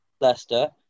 Leicester